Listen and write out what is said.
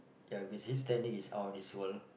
ya you can see his technique is out of this world